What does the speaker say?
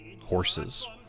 horses